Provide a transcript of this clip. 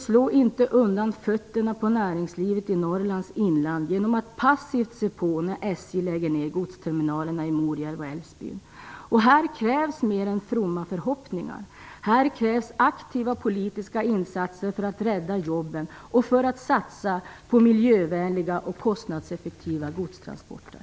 Slå inte undan fötterna på näringslivet i Norrlands inland genom att passivt se på när SJ lägger ner godsterminalerna i Morjärv och Älvsbyn! Här krävs mer än fromma förhoppningar. Här krävs aktiva politiska insatser för att rädda jobben och för att satsa på miljövänliga och kostnadseffektiva godstransporter.